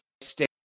stay